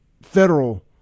federal